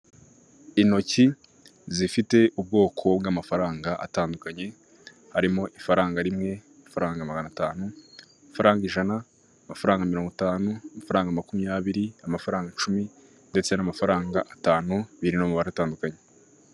Intoki zifite ubwoko bw'amafaranga atandukanye harimo ifaranga rimwe amafaranga magana atanu, amafaranga ijana, amafaranga mirongo itanu, amafaranga makumyabiri amafaranga icumi ndetse n'amafaranga atanu biri no mu mabara atandukanye.